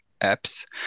apps